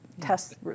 test